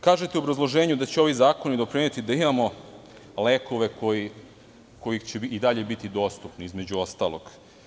Kažete u obrazloženju da će ovi zakoni doprineti da imamo lekove kojih će i dalje biti dostupni, između ostalog.